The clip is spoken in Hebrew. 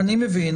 אני מבין.